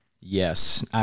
Yes